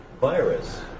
virus